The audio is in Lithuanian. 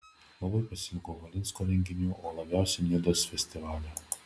labai pasiilgau valinsko renginių o labiausiai nidos festivalio